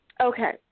Okay